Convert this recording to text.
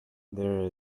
there